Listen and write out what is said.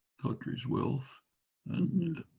country's wealth and